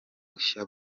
bushya